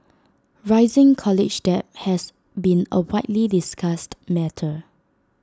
rising college debt has been A widely discussed matter